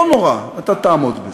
לא נורא, אתה תעמוד בזה.